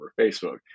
Facebook